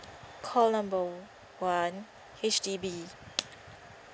call number one H_D_B